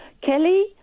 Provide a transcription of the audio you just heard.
Kelly